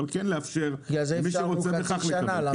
אבל כן לאפשר למי שרוצה בכך לקבל.